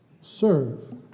serve